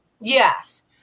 yes